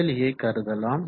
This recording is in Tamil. சுழலியை கருதலாம்